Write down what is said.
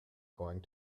going